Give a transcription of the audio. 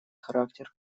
характер